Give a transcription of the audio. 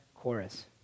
chorus